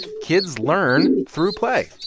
kids learn through play.